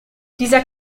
dieser